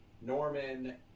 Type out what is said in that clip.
Norman